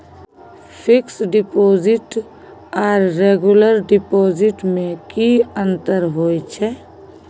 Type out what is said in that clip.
Fix deposit आर regular deposit में की अंतर होय छै?